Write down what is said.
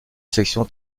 section